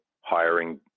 hiring